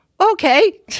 okay